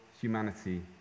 humanity